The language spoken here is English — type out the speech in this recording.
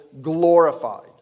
glorified